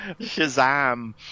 Shazam